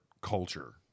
culture